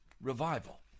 revival